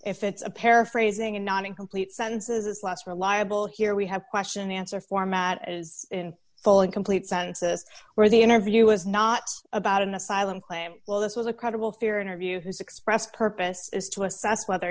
if it's a paraphrasing and not in complete sentences last reliable here we have question answer format is in full and complete sentences where the interview was not about an asylum claim well this was a credible fear interview whose expressed purpose is to assess whether